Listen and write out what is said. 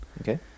okay